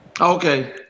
Okay